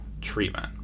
treatment